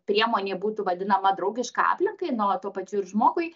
priemonė būtų vadinama draugiška aplinkai na o tuo pačiu ir žmogui